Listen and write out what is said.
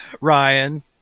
ryan